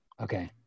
Okay